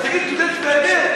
תקשיב לי רגע.